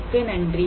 மிக்க நன்றி